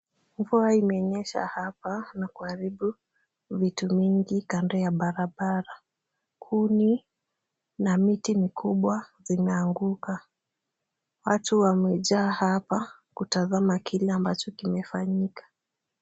Mvua imenyesha hapa na kuharibu vitu mingi kando ya barabara. Kuni na miti mikubwa zimeanguka. Watu wamejaa hapa kutazama kile ambacho kimefanyika.